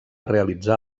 realitzar